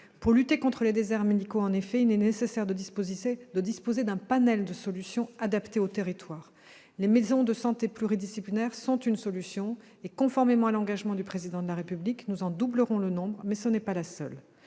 Pour lutter contre les déserts médicaux, il est nécessaire en effet de disposer d'un panel de solutions adaptées aux territoires. Les maisons de santé pluridisciplinaires sont une solution et, conformément à l'engagement du Président de la République, nous en doublerons le nombre. Mais ce n'est pas la seule